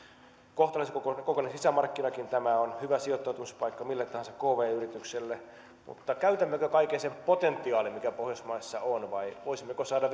kohtalaisen kokoinen kokoinen sisämarkkinakin tämä on hyvä sijoittautumispaikka mille tahansa kv yritykselle mutta käytämmekö kaiken sen potentiaalin mikä pohjoismaissa on vai voisimmeko saada